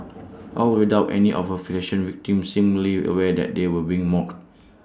all without any of her fashion victims seemingly aware that they were being mocked